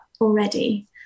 already